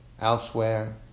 elsewhere